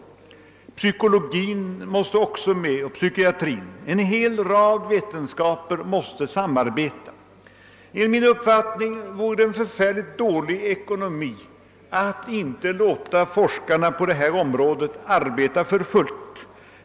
Även psykologin och psykiatrin måste medverka, och enligt min mening vore det mycket dålig eko nomi att inte låta samtliga berörda forskare arbeta för fullt.